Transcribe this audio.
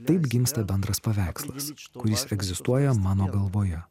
taip gimsta bendras paveikslas kuris egzistuoja mano galvoje